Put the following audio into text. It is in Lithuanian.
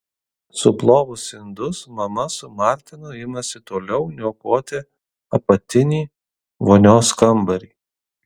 suplovus indus mama su martinu imasi toliau niokoti apatinį vonios kambarį